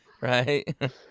right